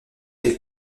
elle